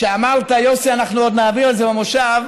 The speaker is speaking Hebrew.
כשאמרת: יוסי, אנחנו עוד נעביר את זה במושב,